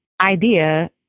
idea